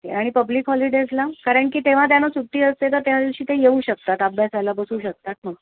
आणि पब्लिक हॉलिडेजला कारण की तेव्हा त्यानं सुट्टी असते तर त्या दिवशी ते येऊ शकतात अभ्यासाला बसू शकतात मग